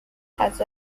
has